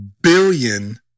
billion